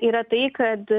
yra tai kad